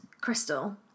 crystal